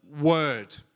word